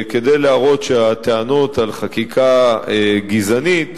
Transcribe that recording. כדי להראות שהטענות על חקיקה גזענית,